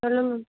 சொல்லுங்கள்